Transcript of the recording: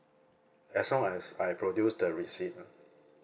as long as I produce the receipt ah